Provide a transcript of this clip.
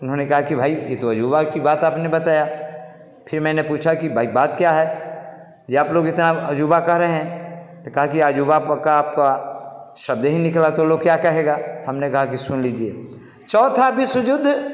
उन्होंने कहा कि भाई ये तो अजूबा की बात आपने बताया फिर मैंने पूछा कि भाई बात क्या है यह आप लोग इतना अजूबा कह रहे हैं त कहा कि अजूबा का आपका शब्द ही निकला तो लोग क्या कहेगा हमने कहा कि सुन लीजिए चौथा विश्व युद्ध